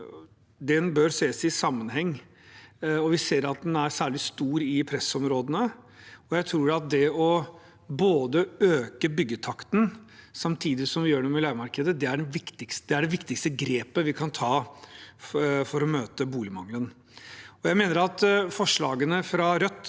bør ses i sammenheng, og vi ser at den er særlig stor i pressområdene. Jeg tror at å øke byggetakten samtidig som vi gjør noe med leiemarkedet, er det viktigste grepet vi kan ta for å møte boligmangelen. Jeg mener at forslagene fra Rødt